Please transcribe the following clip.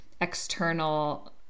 external